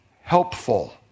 helpful